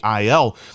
IL